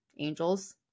Angels